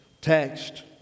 text